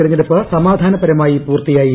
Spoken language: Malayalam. തെരഞ്ഞെടുപ്പ് സമാധാനപരമായി പൂർത്തിയായി